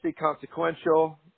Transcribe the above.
consequential